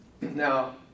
Now